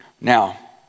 Now